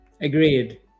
Agreed